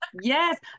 Yes